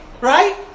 Right